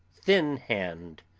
thin hand,